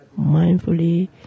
mindfully